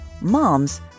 moms